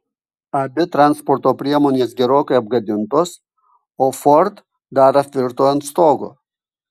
abi transporto priemonės gerokai apgadintos o ford dar apvirto ant stogo